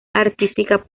artística